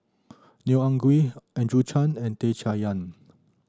Neo Anngee Andrew Chew and Tan Chay Yan